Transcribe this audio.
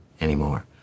anymore